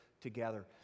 together